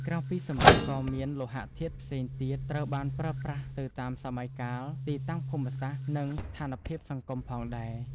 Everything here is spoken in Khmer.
ក្រៅពីសំរឹទ្ធិ ក៏មាន លោហៈធាតុផ្សេងទៀត ត្រូវបានប្រើប្រាស់ទៅតាមសម័យកាល ទីតាំងភូមិសាស្ត្រ និងស្ថានភាពសង្គមផងដែរ។